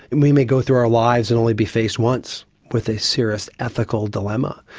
and we may go through our lives and only be faced once with a serious ethical dilemma,